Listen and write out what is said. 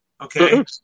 okay